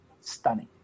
stunning